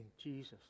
Jesus